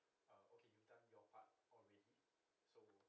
mm okay you done your part already so